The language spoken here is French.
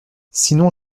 sinon